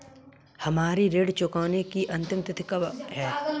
हमारी ऋण चुकाने की अंतिम तिथि कब है?